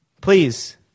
Please